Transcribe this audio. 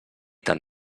tan